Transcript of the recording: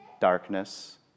darkness